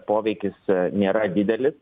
poveikis nėra didelis